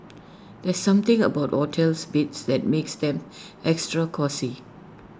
there's something about hotel's beds that makes them extra cosy